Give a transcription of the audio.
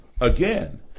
Again